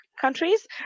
countries